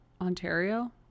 Ontario